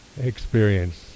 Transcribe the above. experience